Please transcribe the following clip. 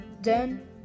done